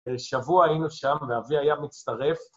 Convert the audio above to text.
שבוע היינו שם ואבי היה מצטרף